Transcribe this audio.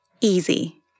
easy